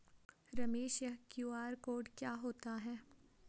रमेश यह QR code क्या होता है?